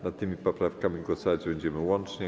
Nad tymi poprawkami głosować będziemy łącznie.